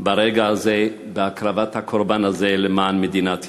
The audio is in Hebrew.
ברגע הזה, בהקרבת הקורבן הזה למען מדינת ישראל.